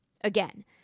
Again